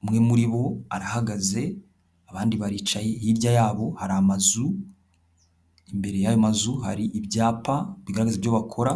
umwe muri bo arahagaze abandi baricaye, hirya yayo hari amazu, imbere y'ayo mazu hari ibyapa bigaragaza ibyo bakora.